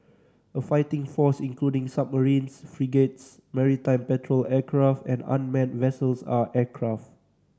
a fighting force including submarines frigates maritime patrol aircraft and unmanned vessels and aircraft